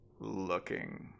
looking